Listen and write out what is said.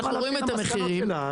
ומדברים על מחירים,